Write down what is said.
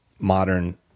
modern